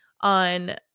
on